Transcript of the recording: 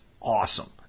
awesome